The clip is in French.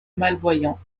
malvoyants